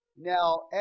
now